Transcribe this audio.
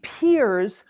peers